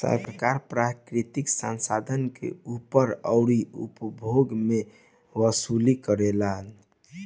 सरकार प्राकृतिक संसाधन के ऊपर अउरी उपभोग मे वसूली करेला